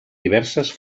diverses